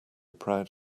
proud